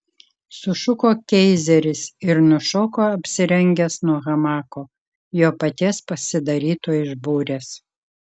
sušuko keizeris ir nušoko apsirengęs nuo hamako jo paties pasidaryto iš burės